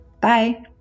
Bye